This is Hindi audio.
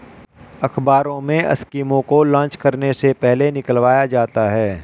अखबारों में स्कीमों को लान्च करने से पहले निकलवाया जाता है